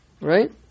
right